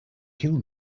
kill